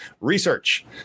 research